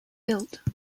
built